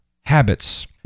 habits